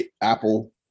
Apple